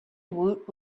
woot